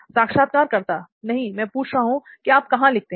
साक्षात्कारकर्ता नहीं मैं पूछ रहा हूं कि आप कहां लिखते हैं